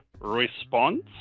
response